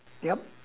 yup